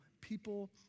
people